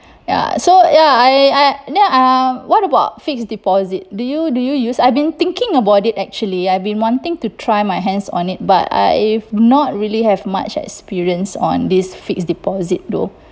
ya so ya I I no uh what about fixed deposit do you do you use I've been thinking about it actually I've been wanting to try my hands on it but I not really have much experience on this fixed deposit though